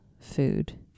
food